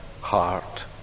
heart